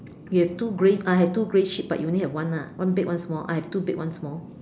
you have two grey I have two grey sheep but you only have one ah one big one small I have two big one small